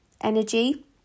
energy